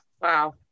Wow